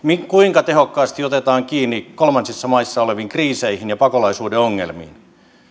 kuinka tehokkaasti otetaan kiinni kolmansissa maissa oleviin kriiseihin ja pakolaisuuden ongelmiin